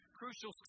crucial